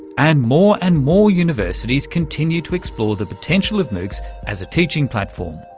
and more and more universities continue to explore the potential of moocs as a teaching platform.